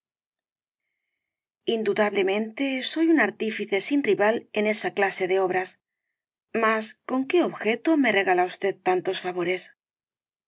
indudablemente soy un artífice sin rival en esa clase de obras mas con qué objeto me regala usted con tantos favores